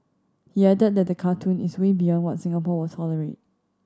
he added that the cartoon is way beyond what Singapore will tolerate